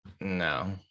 no